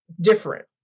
different